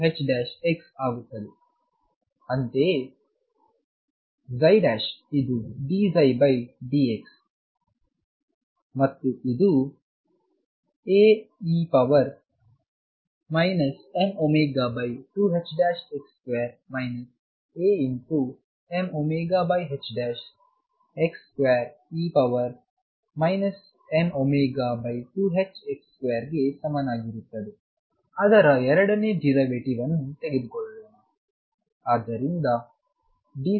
ಅಂತೆಯೇ ψ ಇದು dψdx Ae mω2ℏx2 Amωx2e mω2ℏx2ಗೆ ಸಮಾನವಾಗಿರುತ್ತದೆ ಅದರ ಎರಡನೇ ಡಿರೈವೆಟಿವ್ಅನ್ನು ತೆಗೆದುಕೊಳ್ಳೋಣ